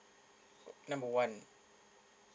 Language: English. number one